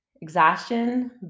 Exhaustion